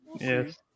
yes